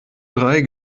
drei